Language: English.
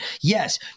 Yes